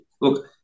look